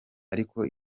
ariko